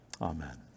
amen